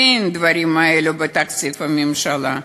אין דברים כאלה בתקציב הממשלה,